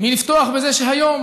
מלפתוח בזה שהיום,